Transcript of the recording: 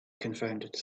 confounded